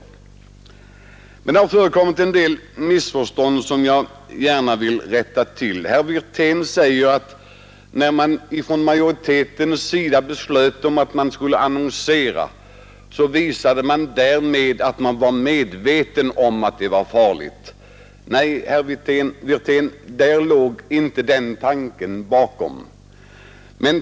Det har emellertid förekommit en del missförstånd här som jag gärna vill rätta till. Herr Wirtén säger att när majoriteten beslöt om annonsering, visade detta att man var medveten om att det var farligt. Nej, herr Wirtén, den tanken låg inte bakom.